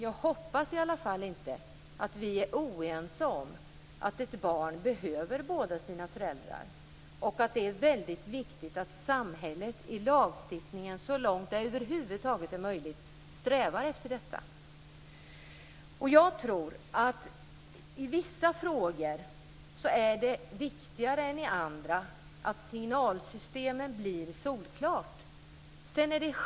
Jag hoppas att vi inte är oense om att ett barn behöver båda sina föräldrar och att det är väldigt viktigt att samhället i lagstiftningen så långt det över huvud taget är möjligt strävar efter detta. Jag tror att det i vissa frågor är viktigare än i andra att signalsystemen blir solklara.